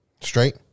Straight